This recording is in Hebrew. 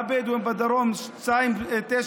והבדואים בדרום 2937,